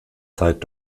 zeit